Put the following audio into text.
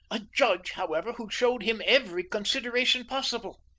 a judge, however, who showed him every consideration possible.